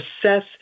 assess